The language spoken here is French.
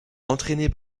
entrainé